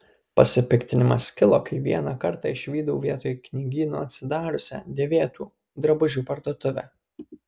pasipiktinimas kilo kai vieną kartą išvydau vietoj knygyno atsidariusią dėvėtų drabužių parduotuvę